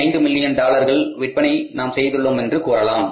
5 million டாலர்கள் விற்பனை நாம் செய்துள்ளோம் என்று கூறலாம்